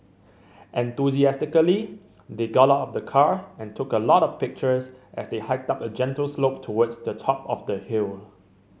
enthusiastically they got out of the car and took a lot of pictures as they hiked up a gentle slope towards the top of the hill